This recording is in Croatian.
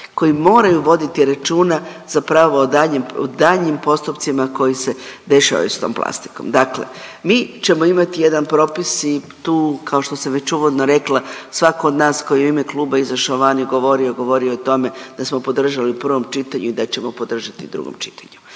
koji moraju voditi računa zapravo o daljnjem, o daljnjim postupcima koji se dešavaju s tom plastikom. Dakle, mi ćemo imat jedan propis i tu, kao što sam već uvodno rekla, svako od nas koji je u ime kluba izašao van i govorio, govorio je o tome da smo podržali u prvom čitanju i da ćemo podržati i u drugom čitanju.